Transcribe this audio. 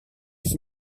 his